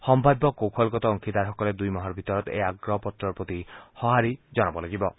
সম্ভাব্য কৌশলগত অংশীদাৰসকলে দুই মাহৰ ভিতৰত এই আগ্ৰহ পত্ৰৰ প্ৰতি সঁহাৰি জনোৱাৰ সম্ভাৱনা আছে